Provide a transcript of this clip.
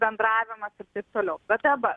bendravimas ir taip toliau bet dabar